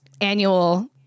annual